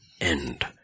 end